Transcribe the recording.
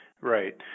Right